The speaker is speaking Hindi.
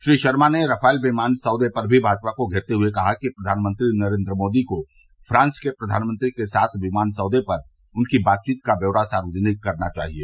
श्री शर्मा ने रफ़ाल विमान सौदे पर भी भाजपा को घेरते हुए कहा कि प्रधानमंत्री नरेन्द्र मोदी को फ्रांस के प्रधानमंत्री के साथ विमान सौदे पर उनकी बातचीत का ब्यौरा सार्वजनिक करना चाहिए